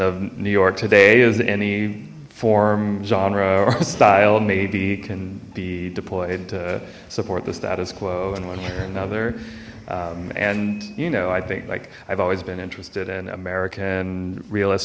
of new york today is any form genre or style may be can be deployed to support the status quo in one way or another and you know i think like i've always been interested in american realist